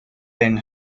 been